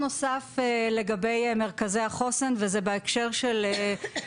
קיימנו דיון דחוף כדי להבטיח את רציפותם והפעלתם של מרכזי החוסן בצפון.